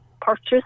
purchase